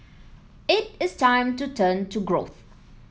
it is time to turn to growth